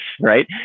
right